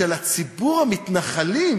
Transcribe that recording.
שלציבור המתנחלים